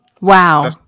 wow